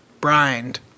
brined